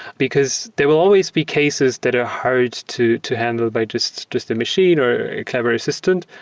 because there will always be cases that are hard to to handle by just just a machine or a clever assistant,